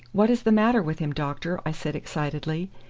what is the matter with him, doctor? i said excitedly,